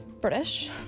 British